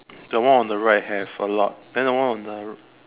the one on the right have a lot then the one on the